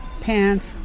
pants